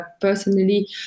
personally